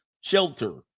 shelter